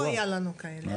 לא היה לנו כאלה.